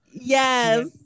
Yes